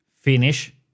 finish